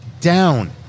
down